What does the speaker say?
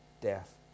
death